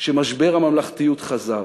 שמשבר הממלכתיות חזר.